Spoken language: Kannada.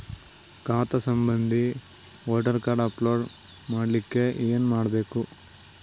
ಖಾತಾ ಸಂಬಂಧಿ ವೋಟರ ಕಾರ್ಡ್ ಅಪ್ಲೋಡ್ ಮಾಡಲಿಕ್ಕೆ ಏನ ಮಾಡಬೇಕು?